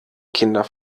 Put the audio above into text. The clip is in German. kinder